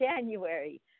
January